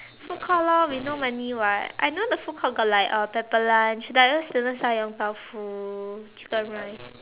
food court lor we no money [what] I know the food court got like uh pepper lunch like those student sell Yong-Tau-Foo chicken rice